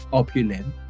opulent